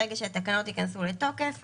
ברגע שהתקנות ייכנסו לתוקף,